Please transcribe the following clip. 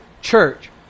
church